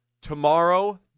tomorrow